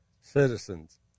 citizens